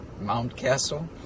Mountcastle